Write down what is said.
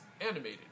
animated